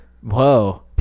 whoa